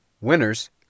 winners